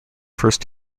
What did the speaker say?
first